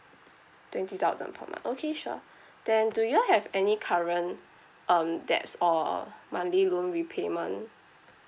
twenty thousand per month okay sure then do you all have any current um debts or monthly loan repayment